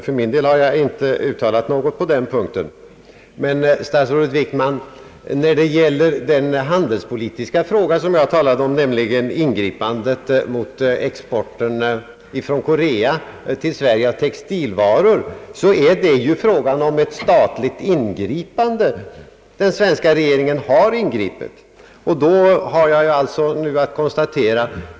För min del har jag inte uttalat något på den punkten, men, statsrådet Wickman, när det gäller den handelspolitiska fråga jag talade om, nämligen ingripandet mot exporten från Korea till Sverige av textilvaror, är det ju fråga om ett statligt ingripande. Den svenska regeringen har ingripit.